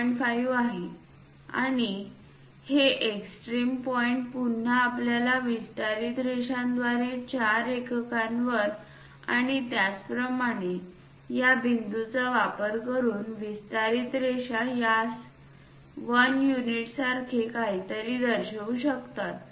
5 आहे आणि हे एक्स्ट्रीम पॉईंट पुन्हा आपल्या विस्तारित रेषांद्वारे 4 एककांवर आणि त्याचप्रमाणे या बिंदूचा वापर करून विस्तारित रेषा यास 1 युनिटसारखे काहीतरी दर्शवू शकतात